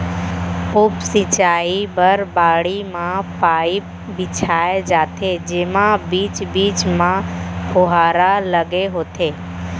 उप सिंचई बर बाड़ी म पाइप बिछाए जाथे जेमा बीच बीच म फुहारा लगे होथे